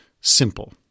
simple